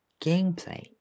Gameplay